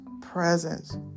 presence